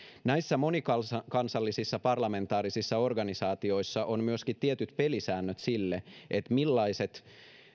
näissä monikansallisissa parlamentaarisissa organisaatioissa on myöskin tietyt pelisäännöt sille millaiset